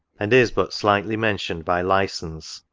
and is but slightly mentioned by lysons.